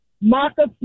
Marcus